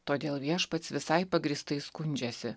todėl viešpats visai pagrįstai skundžiasi